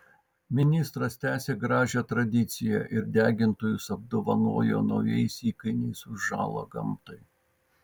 ministras tęsė gražią tradiciją ir degintojus apdovanojo naujais įkainiais už žalą gamtai